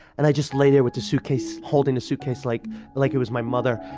and i just lay there with the suitcase, holding the suitcase like like it was my mother.